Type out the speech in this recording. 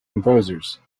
composers